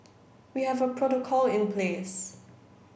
we have a protocol in place